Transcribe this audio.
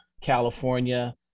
California